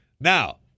Now